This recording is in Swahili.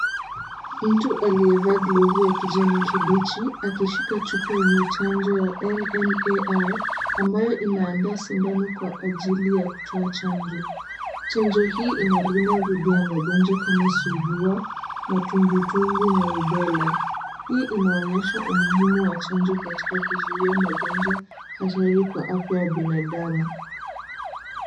Mtu aliyevaa glovu ya kijani kibichi akishika chupa yenye chanjo ya MMAR, ambayo inaandaa sindano kwa ajili ya kutoa chanjo. Chanjo hii inalinda dhidi ya magonjwa kama surua, matumbwitumbwi na Rubella. Hii inaonyesha umuhimu wa chanjo katika kuzuia magonjwa hatari kwa afya ya binadamu.